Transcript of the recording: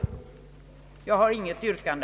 Herr talman! Jag har inget yrkande.